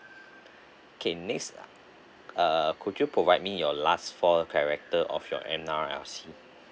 okay next err could you provide me your last four character of your N_R_I_C